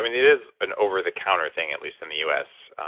it is an over the counter thing, at least, in the u s.